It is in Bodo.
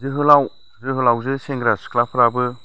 जोहोलाव जोहोलावजो सेंग्रा सिख्लाफ्राबो